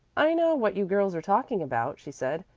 i know what you girls are talking about, she said.